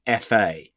FA